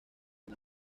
una